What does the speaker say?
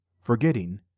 Forgetting